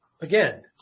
again